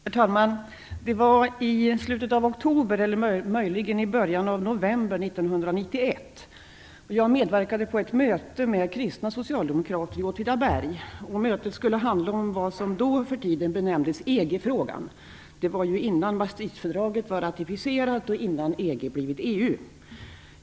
Herr talman! Det var i slutet av oktober eller möjligen i början av november 1991. Jag medverkade på ett möte med kristna socialdemokrater i Åtvidaberg. Mötet skulle handla om vad som då för tiden benämndes EG-frågan; det var innan Maastrichtfördraget var ratificerat och EG blivit EU.